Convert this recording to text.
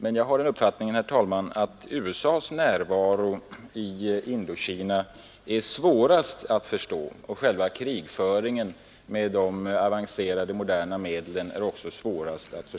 Men jag har den uppfattningen, herr talman, att USA:s närvaro i Indokina är svårast att förstå liksom även själva krigföringen med moderna avancerade medel.